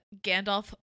Gandalf